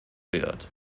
wird